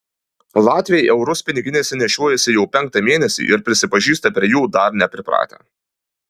latviai eurus piniginėse nešiojasi jau penktą mėnesį ir prisipažįsta prie jų dar nepripratę